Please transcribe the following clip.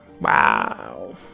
Wow